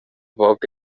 poc